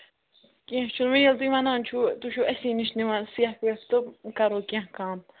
کیٚنٛہہ چھُنہٕ وۅنۍ ییٚلہِ تُہۍ وَنان چھِو تُہۍ چھِو اَسی نِش نِوان سٮ۪کھ وٮ۪کھ تہٕ کَرو کیٚنٛہہ کَم